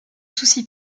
souci